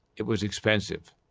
it was expensive.